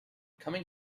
coming